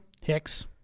Hicks